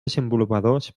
desenvolupadors